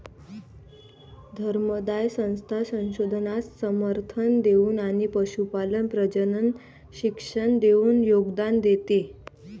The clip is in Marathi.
धर्मादाय संस्था संशोधनास समर्थन देऊन आणि पशुपालन प्रजनन शिक्षण देऊन योगदान देते